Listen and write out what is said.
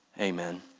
Amen